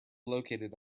located